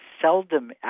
seldom